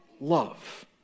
love